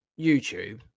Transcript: youtube